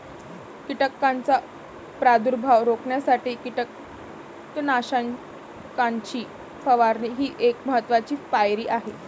कीटकांचा प्रादुर्भाव रोखण्यासाठी कीटकनाशकांची फवारणी ही एक महत्त्वाची पायरी आहे